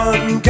One